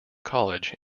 college